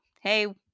hey